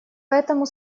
поэтому